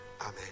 Amen